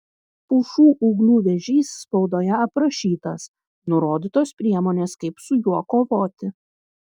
pušų ūglių vėžys spaudoje aprašytas nurodytos priemonės kaip su juo kovoti